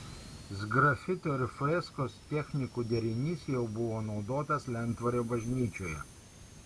sgrafito ir freskos technikų derinys jau buvo naudotas lentvario bažnyčioje